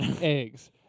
eggs